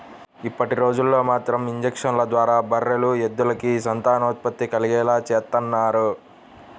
ఇప్పటిరోజుల్లో మాత్రం ఇంజక్షన్ల ద్వారా బర్రెలు, ఎద్దులకి సంతానోత్పత్తి కలిగేలా చేత్తన్నారు